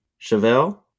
chevelle